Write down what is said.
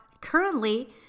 currently